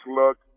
look